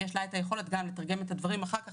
שיש לה את היכולת גם לתרגם את הדברים אחר כך